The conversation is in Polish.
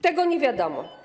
Tego nie wiadomo.